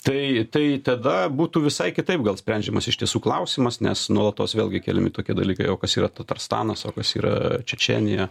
tai tai tada būtų visai kitaip gal sprendžiamas iš tiesų klausimas nes nuolatos vėlgi keliami tokie dalykai o kas yra tatarstanas o kas yra čečėnija